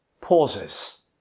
pauses